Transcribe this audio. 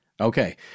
Okay